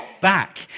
back